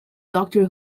doctor